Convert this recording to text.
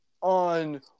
on